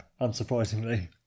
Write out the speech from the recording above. unsurprisingly